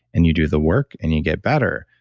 and you do the work and you get better.